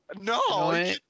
No